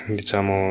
diciamo